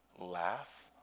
laugh